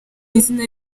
izina